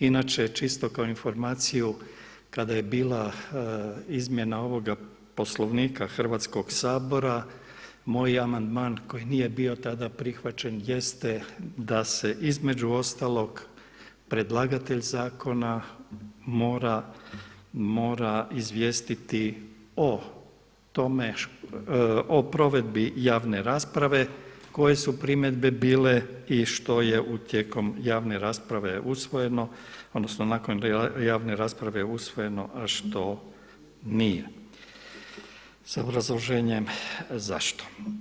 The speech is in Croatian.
Inače čisto kao informaciju kada je bila izmjena ovoga Poslovnika Hrvatskog sabora moj amandman koji nije bio tada prihvaćen jeste da se između ostalog predlagatelj zakona mora izvijestiti o tome, o provedbi javne rasprave koje su primjedbe bile i što je tijekom javne rasprave usvojeno, odnosno nakon javne rasprave usvojeno što nije sa obrazloženjem zašto.